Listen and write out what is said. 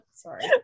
sorry